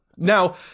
Now